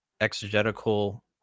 exegetical